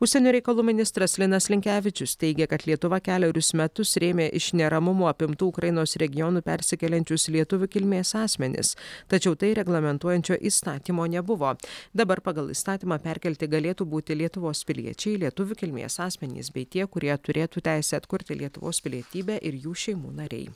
užsienio reikalų ministras linas linkevičius teigia kad lietuva kelerius metus rėmė iš neramumų apimtų ukrainos regionų persikeliančius lietuvių kilmės asmenis tačiau tai reglamentuojančio įstatymo nebuvo dabar pagal įstatymą perkelti galėtų būti lietuvos piliečiai lietuvių kilmės asmenys bei tie kurie turėtų teisę atkurti lietuvos pilietybę ir jų šeimų nariai